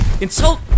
insult